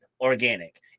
organic